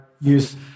use